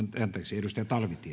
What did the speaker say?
arvoisa